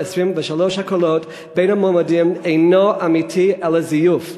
הקולות בין המועמדים אינו אמיתי אלא זיוף.